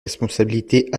responsabilités